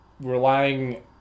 relying